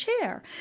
chair